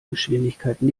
geschwindigkeiten